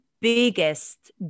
biggest